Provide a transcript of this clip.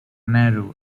nehru